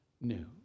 new